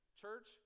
church